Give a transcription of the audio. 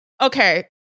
Okay